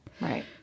Right